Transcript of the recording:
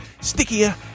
stickier